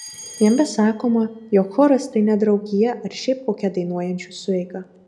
jame sakoma jog choras tai ne draugija ar šiaip kokia dainuojančių sueiga